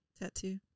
tattoo